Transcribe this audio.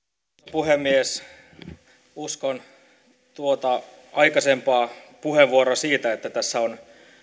puhemies uskon tuota aikaisempaa puheenvuoroa siitä että tässä on